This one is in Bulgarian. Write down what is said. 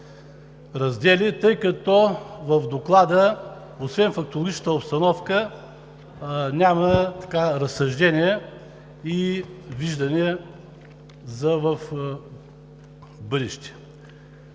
тъй като в Доклада освен фактологичната обстановка няма разсъждения и виждания за в бъдеще.